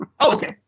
okay